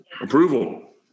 Approval